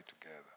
together